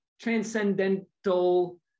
transcendental